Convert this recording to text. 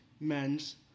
men's